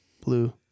blue